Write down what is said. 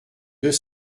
deux